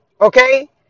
okay